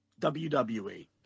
WWE